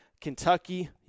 Kentucky